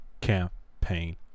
campaign